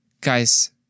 Guys